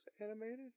animated